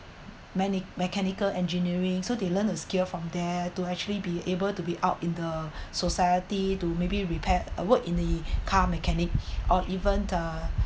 many mechanical engineering so they learn a skill from there to actually be able to be out in the society to maybe repaired or work in the car mechanics or even the